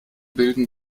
bilden